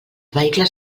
vehicles